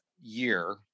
year